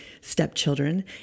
stepchildren